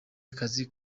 akazi